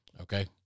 okay